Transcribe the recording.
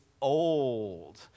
old